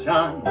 Sun